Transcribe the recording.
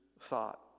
thought